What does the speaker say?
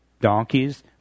donkeys